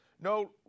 no